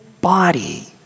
body